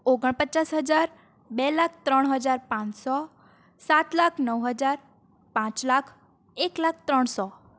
ઓગણપચાસ હજાર બે લાખ ત્રણ હજાર પાંચસો સાત લાખ નવ હજાર પાંચ લાખ એક લાખ ત્રણસો